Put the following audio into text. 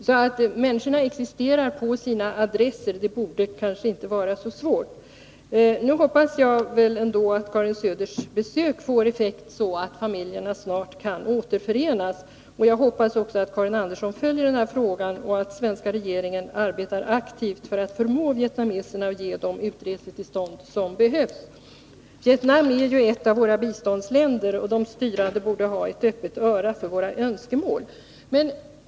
Dessa finns alltså på sina adresser, så det borde kanske inte vara så svårt att finna dem. Jag hoppas nu att Karin Söders besök får effekt, så att familjerna snart kan återförenas. Jag hoppas också att Karin Andersson följer den här frågan och att den svenska regeringen arbetar aktivt för att förmå vietnameserna att ge de utresetillstånd som behövs. Vietnam är ju ett av våra biståndsländer, och de styrande där borde ha ett villigt öra när det gäller våra önskemål.